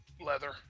leather